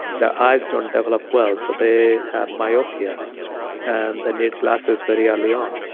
their eyes don't develop well so they have myopia and they need glasses very early on.